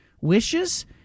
wishes